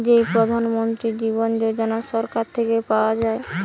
যেই প্রধান মন্ত্রী জীবন যোজনা সরকার থেকে পাওয়া যায়